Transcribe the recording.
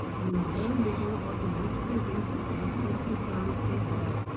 i know very little about the books they read, the political concerns they have,